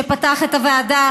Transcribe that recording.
שפתח את הוועדה,